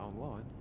online